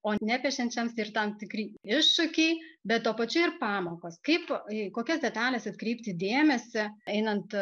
o nepiešiančiems ir tam tikri iššūkiai bet tuo pačiu ir pamokos kaip į kokias detales atkreipti dėmesį einant